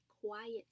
quiet